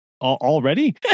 already